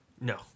No